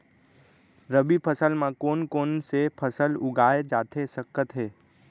रबि फसल म कोन कोन से फसल उगाए जाथे सकत हे?